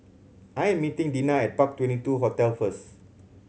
I am meeting Dinah at Park Twenty two Hotel first